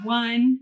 one